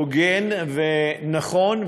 הוגן ונכון.